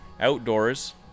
outdoors